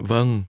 Vâng